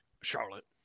Charlotte